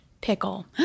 pickle